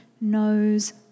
knows